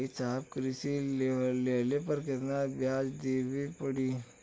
ए साहब कृषि ऋण लेहले पर कितना ब्याज देवे पणी?